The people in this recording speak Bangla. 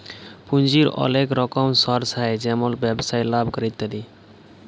পুঁজির ওলেক রকম সর্স হ্যয় যেমল ব্যবসায় লাভ ক্যরে ইত্যাদি